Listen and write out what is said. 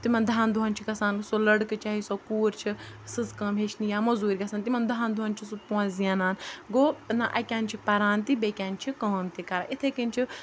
تِمَن دَہَن دۄہَن چھِ گژھان سُہ لٔڑکہٕ چاہے سۄ کوٗر چھِ سٕژ کٲم ہیٚچھنہِ یا مٔزوٗرۍ گژھان تِمَن دَہَن دۄہَن چھِ سُہ پونٛسہٕ زینان گوٚو نہ اَکہِ اَندٕ چھِ پَران تہِ بیٚکہِ اَندٕ چھِ کٲم تہِ کَران اِتھَے کٔنۍ چھُ